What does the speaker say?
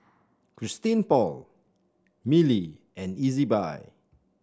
Christian Paul Mili and Ezbuy